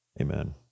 Amen